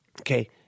okay